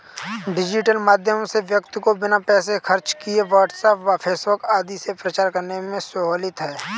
digital माध्यम से व्यक्ति को बिना पैसे खर्च किए व्हाट्सएप व फेसबुक आदि से प्रचार करने में सहूलियत है